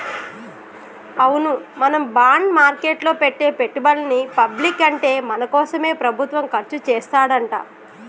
అవును మనం బాండ్ మార్కెట్లో పెట్టే పెట్టుబడులని పబ్లిక్ అంటే మన కోసమే ప్రభుత్వం ఖర్చు చేస్తాడంట